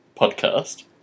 podcast